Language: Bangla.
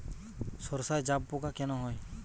সর্ষায় জাবপোকা কেন হয়?